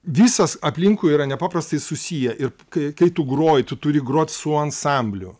visas aplinkui yra nepaprastai susiję ir kai kai tu groji tu turi grot su ansambliu